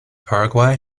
paraguay